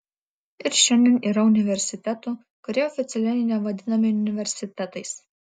ir šiandien yra universitetų kurie oficialiai nevadinami universitetais